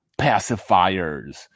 pacifiers